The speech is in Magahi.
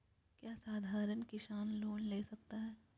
क्या साधरण किसान लोन ले सकता है?